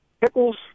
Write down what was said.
pickles